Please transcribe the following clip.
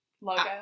logo